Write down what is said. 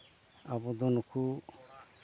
ᱟᱵᱚ ᱫᱚ ᱱᱩᱠᱩ